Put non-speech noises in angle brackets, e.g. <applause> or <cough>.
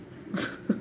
<laughs>